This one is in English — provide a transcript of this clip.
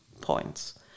points